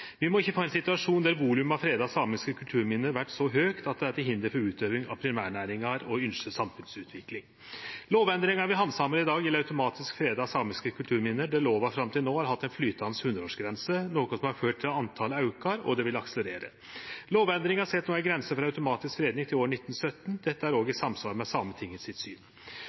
til hinder for utøving av primærnæringar og ynskt samfunnsutvikling. Lovendringa vi handsamar i dag, gjeld automatisk freda samiske kulturminne, der lova fram til no har hatt ei flytande hundreårsgrense, noko som har ført til at talet aukar, og det vil akselerere. Lovendringa set no ei grense for automatisk freding til år 1917. Dette er òg i samsvar med Sametinget sitt syn.